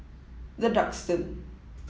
the Duxton